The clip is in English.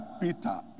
Peter